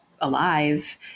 alive